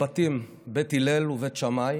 בתקופת המשנה שני בתים, בית הלל ובית שמאי,